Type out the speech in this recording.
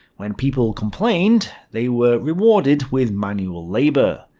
when people complained, they were rewarded with manual labour,